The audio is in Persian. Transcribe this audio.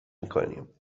میکنیم